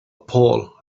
paul